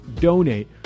donate